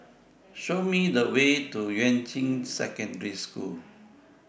Show Me The Way to Yuan Ching Secondary School